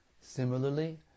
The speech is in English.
Similarly